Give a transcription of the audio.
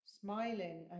Smiling